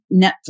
Netflix